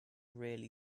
really